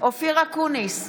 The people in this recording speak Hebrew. אופיר אקוניס,